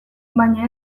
baina